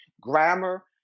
grammar